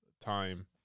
time